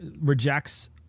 rejects